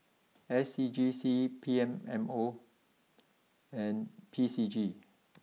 S C G C P M O and P C G